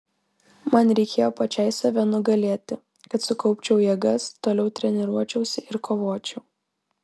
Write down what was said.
man reikėjo pačiai save nugalėti kad sukaupčiau jėgas toliau treniruočiausi ir kovočiau